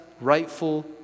rightful